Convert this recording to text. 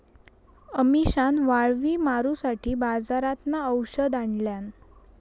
अमिशान वाळवी मारूसाठी बाजारातना औषध आणल्यान